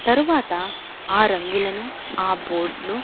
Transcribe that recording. తరువాత ఆ రంగులను ఆ బోట్లు